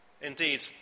Indeed